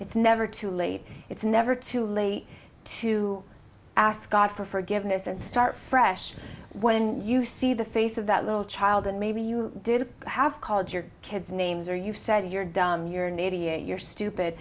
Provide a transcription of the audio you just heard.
it's never too late it's never too late to ask god for forgiveness and start fresh when you see the face of that little child and maybe you did have called your kids names or you said you're dumb your name your stupid